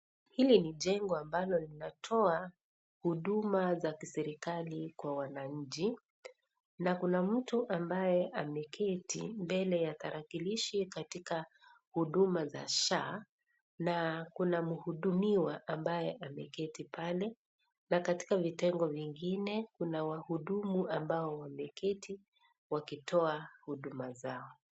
Hili ni jengo ambalo linatoa huduma za kiserikali kwa wananchi na kuna mtu ambaye ameketi mbele ya talakilishi katika huduma za SHA na kuna mhudumiwa ambaye ameketi pale na katika vitengo vingine kuna wahudumu ambao wameketi wakitoa huduma zao .